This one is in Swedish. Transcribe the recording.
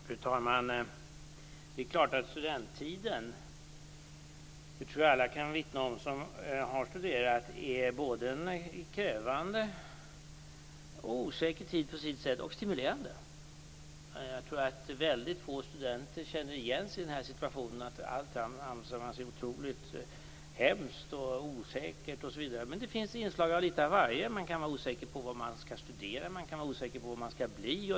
Fru talman! Det är klart att studenttiden är såväl en krävande som på sitt sätt osäker och stimulerande tid. Det tror jag att alla som studerat kan vittna om. Väldigt få studenter känner nog igen sig i beskrivningen av allt som otroligt hemskt och osäkert. Men det finns inslag av litet av varje. Man kan vara osäker på vad man skall studera och på vad man skall bli.